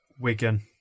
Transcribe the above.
Wigan